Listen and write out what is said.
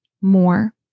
more